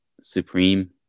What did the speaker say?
Supreme